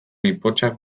ipotxak